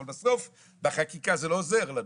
אבל בסוף בחקיקה זה לא עוזר לנו,